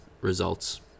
results